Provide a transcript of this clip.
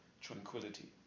tranquility